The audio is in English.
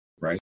right